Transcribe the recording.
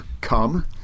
come